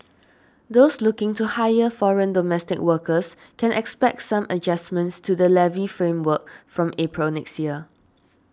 those looking to hire foreign domestic workers can expect some adjustments to the levy framework from April next year